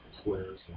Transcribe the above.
squares